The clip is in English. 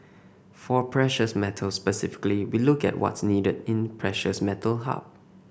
for precious metals specifically we look at what's needed in precious metal hub